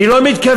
היא לא מתכוונת